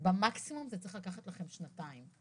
במקסימום זה צריך לקחת לכם שנתיים,